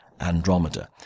Andromeda